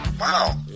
Wow